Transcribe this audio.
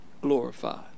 glorified